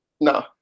No